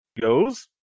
goes